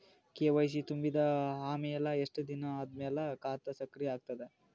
KYC ತುಂಬಿದ ಅಮೆಲ ಎಷ್ಟ ದಿನ ಆದ ಮೇಲ ಖಾತಾ ಸಕ್ರಿಯ ಅಗತದ?